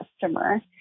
customer